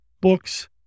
Books